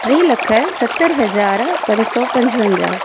टे लख सतरि हज़ार पंज सौ पंजवंजा